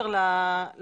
אחד,